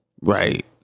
right